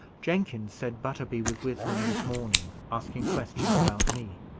jenkins said butterby was with him this morning, asking questions about me.